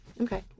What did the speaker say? Okay